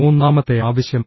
മൂന്നാമത്തെ ആവശ്യം